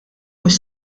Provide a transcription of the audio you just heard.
mhux